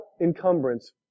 encumbrance